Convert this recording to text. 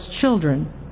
children